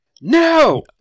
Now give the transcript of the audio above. No